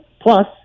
Plus